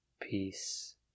peace